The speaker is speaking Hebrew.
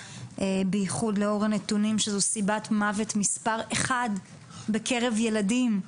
בייחוד לאור הנתונים שזו סיבת מוות מס' 1 בקרב ילדים,